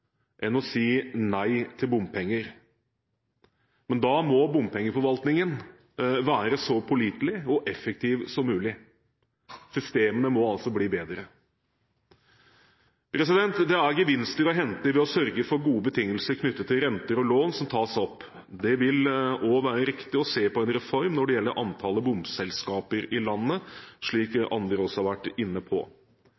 enn å si nei til bompenger. Men da må bompengeforvaltningen være så pålitelig og effektiv som mulig. Systemene må altså bli bedre. Det er gevinster å hente ved å sørge for gode betingelser knyttet til renter og lån som tas opp. Det vil også være riktig å se på en reform når det gjelder antallet bomselskaper i landet, slik